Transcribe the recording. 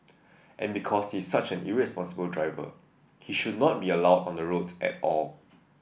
and because he's such an irresponsible driver he should not be allowed on the roads at all